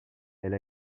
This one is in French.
elle